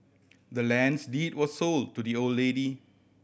the land's deed was sold to the old lady